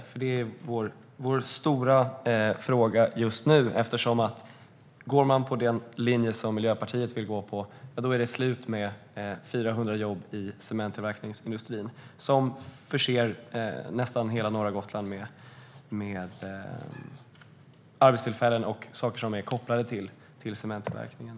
Det är vår stora fråga just nu, för går man på den linje som Miljöpartiet vill är det slut med 400 jobb i cementtillverkningsindustrin, som förser nästan hela norra Gotland med arbetstillfällen och sådant som är kopplat till cementtillverkningen.